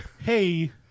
hey